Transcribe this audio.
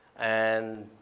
and